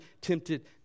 tempted